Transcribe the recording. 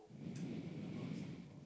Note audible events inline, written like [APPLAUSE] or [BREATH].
[BREATH]